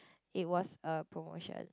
it was a promotion